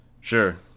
Sure